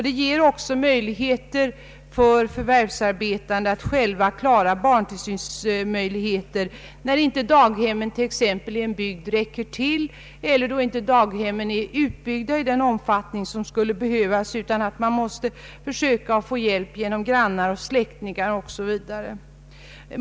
Det ger också möjligheter för förvärvsarbetande att själva klara barntillsynen, då daghemmen i en bygd inte räcker till eller finns utbyggda i den omfattning som skulle behövas utan föräldrarna måste försöka få hjälp av grannar, släktingar o.s.v.